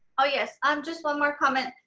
oh yes. um just one more comment.